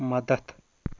مدتھ